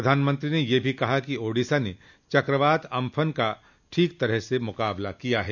प्रधानमंत्री न यह भी कहा कि ओडिसा ने चक्रवात अम्फन का ठीक तरह से मुकाबला किया है